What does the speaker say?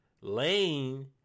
Lane